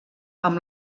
amb